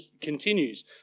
continues